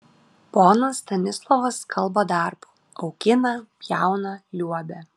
ponas stanislovas kalba darbu augina pjauna liuobia